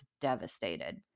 devastated